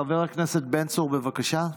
חבר הכנסת בן צור, בבקשה.